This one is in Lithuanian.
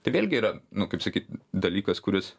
tai vėlgi yra nu kaip sakyt dalykas kuris